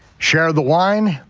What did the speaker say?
share the wine,